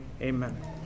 Amen